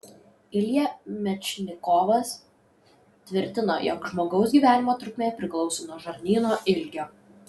ilja mečnikovas tvirtino jog žmogaus gyvenimo trukmė priklauso nuo žarnyno ilgio